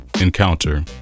Encounter